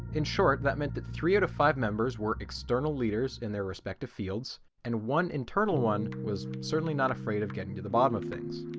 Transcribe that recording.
in short that meant that three out of five members were external leaders in their respective fields and one internal one was certainly not afraid of getting to the bottom of things.